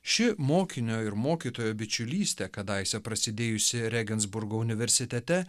ši mokinio ir mokytojo bičiulystė kadaise prasidėjusi regensburgo universitete